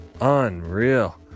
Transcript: Unreal